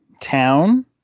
town